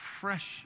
fresh